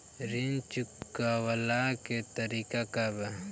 ऋण चुकव्ला के तरीका का बा?